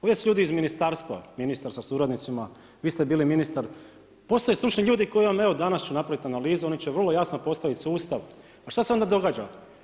Ovdje su ljudi iz ministarstva, ministar sa suradnicima, vi ste bili ministar, postoje stručni ljudi koji vam evo danas će napraviti analizu, oni će vrlo jasno postaviti sustav, ali šta se onda događa?